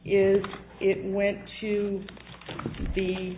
is it went to the